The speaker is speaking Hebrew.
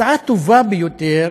הצעה טובה ביותר,